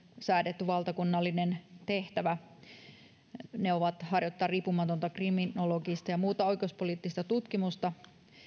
säädetty valtakunnallinen tehtävä eli instituutin tulee harjoittaa riippumatonta kriminologista ja muuta oikeuspoliittista tutkimusta